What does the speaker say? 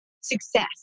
success